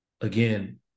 again